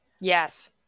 yes